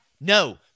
No